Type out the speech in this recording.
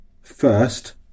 first